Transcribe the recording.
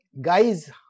guy's